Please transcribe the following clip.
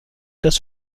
das